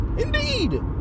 Indeed